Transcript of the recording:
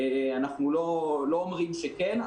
אנחנו לא אומרים שכן,